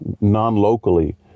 non-locally